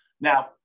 Now